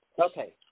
Okay